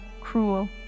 cruel